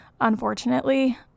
unfortunately